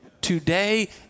Today